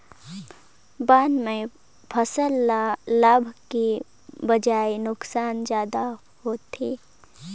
बन में फसल ल लाभ के बजाए नुकसानी जादा होथे